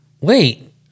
Wait